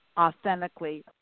authentically